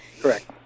Correct